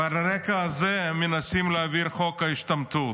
ועל הרקע הזה מנסים להעביר את חוק ההשתמטות.